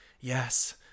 yes